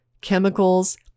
chemicals